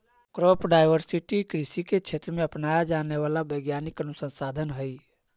crop diversity कृषि के क्षेत्र में अपनाया जाने वाला वैज्ञानिक अनुसंधान हई